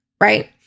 right